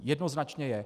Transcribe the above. Jednoznačně je.